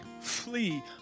flee